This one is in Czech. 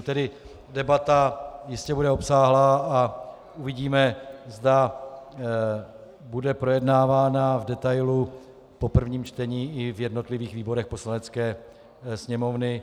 Tedy debata bude jistě obsáhlá a uvidíme, zda bude projednávána v detailu po prvním čtení i v jednotlivých výborech Poslanecké sněmovny.